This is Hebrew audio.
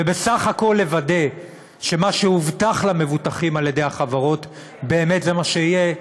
ובסך הכול לוודא שמה שהובטח למבוטחים על-ידי החברות באמת זה מה שיהיה,